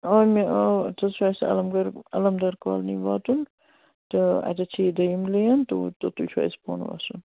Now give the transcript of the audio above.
آ مےٚ آو تُہۍ چھُو اَسہِ علم گَرِ علمدار کالنی واتُن تہٕ اَتٮ۪تھ چھِ یہِ دوٚیِم لین توٗر توٚتٕے چھُ اَسہِ بۅن وَسُن